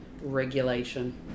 regulation